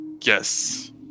Yes